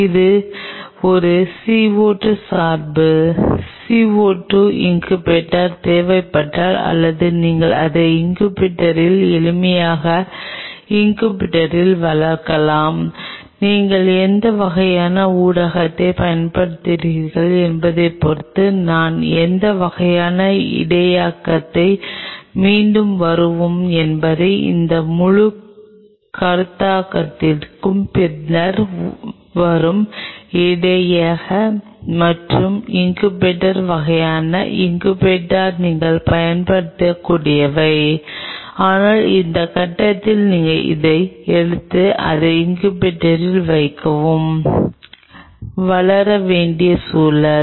இது ஒரு CO2 சார்பு CO2 இன்குபேட்டர் தேவைப்பட்டால் அல்லது நீங்கள் அதை இன்குபேட்டரில் எளிமையாக இன்குபேட்டரில் வளர்க்கலாம் நீங்கள் எந்த வகையான ஊடகத்தைப் பயன்படுத்துகிறீர்கள் என்பதைப் பொறுத்து நான் எந்த வகையான இடையகத்தை மீண்டும் வருவோம் என்பது அந்த முழு கருத்தாக்கத்திற்கும் பின்னர் வரும் இடையக மற்றும் இன்குபேட்டர் வகையான இன்குபேட்டர் நீங்கள் பயன்படுத்தக்கூடியவை ஆனால் இந்த கட்டத்தில் நீங்கள் அதை எடுத்து அதை இன்குபேட்டரில் வைக்கவும் வளர வேண்டிய சூழல்